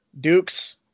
Duke's